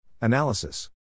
Analysis